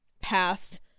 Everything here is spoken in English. past